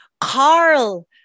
Carl